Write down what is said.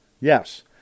Yes